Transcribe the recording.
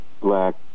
black